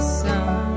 sun